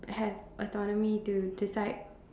I have autonomy do to decide